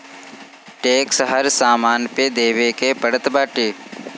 tax हर सामान पे देवे के पड़त बाटे